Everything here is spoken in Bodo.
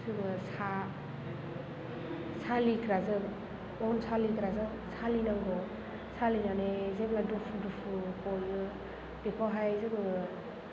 जोङो सालिग्राजों अन सालिग्राजों सालिनांगौ सालिनानै जोङो दुफु दुफु गयो बेखौहाय जोङो